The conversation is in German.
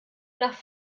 nach